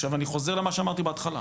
עכשיו, אני חוזר למה שאמרתי בהתחלה.